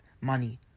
money